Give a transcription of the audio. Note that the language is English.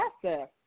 process